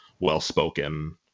well-spoken